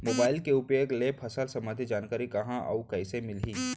Mobile के उपयोग ले फसल सम्बन्धी जानकारी कहाँ अऊ कइसे मिलही?